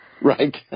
Right